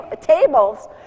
tables